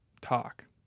talk